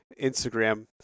Instagram